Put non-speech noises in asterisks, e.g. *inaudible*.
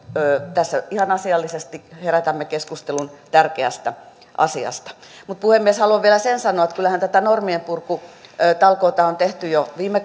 tässä ihan asiallisesti herätämme keskustelun tärkeästä asiasta mutta puhemies haluan vielä sen sanoa että kyllähän tätä normienpurkutalkoota on tehty jo viime *unintelligible*